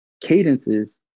cadences